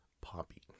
Poppy